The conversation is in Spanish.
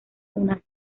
una